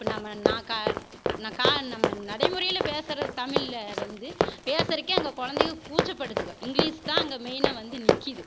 இப்போ நம்ம நம்ம நடைமுறையில் பேசுகிற தமிழில் வந்து பேசுறதுக்கே அங்கே குழந்தைங்க கூச்சப்படுதுக இங்கிலீஷ் தான் அங்கே மெயினாக வந்து நிக்குது